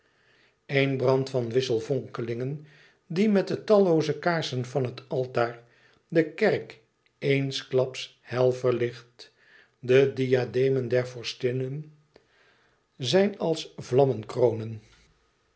éen brand van wisselvonkelingen die met de tallooze kaarsen van het altaar de kerk eensklaps hél verlicht de diademen der vorstinnen zijn als vlammekronen